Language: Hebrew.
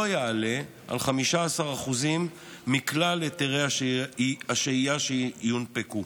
יעלה על 15% מכלל היתרי השהייה שיונפקו.